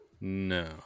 No